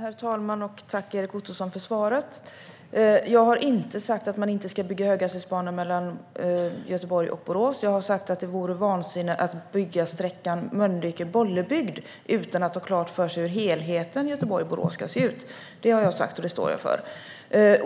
Herr talman! Tack, Erik Ottoson, för frågan! Jag har inte sagt att man inte ska bygga höghastighetsbana mellan Göteborg och Borås. Jag har sagt att det vore vansinne att bygga sträckan Mölnlycke-Bollebygd utan att ha klart för sig hur helheten Göteborg-Borås ska se ut. Det har jag sagt, och det står jag för.